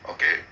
Okay